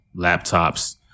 laptops